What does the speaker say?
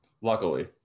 Luckily